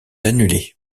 annulée